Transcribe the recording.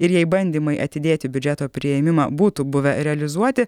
ir jei bandymai atidėti biudžeto priėmimą būtų buvę realizuoti